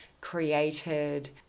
created